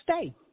stay